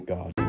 God